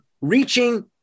reaching